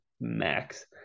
max